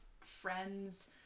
friends